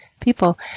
people